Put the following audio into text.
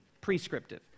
prescriptive